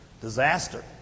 disaster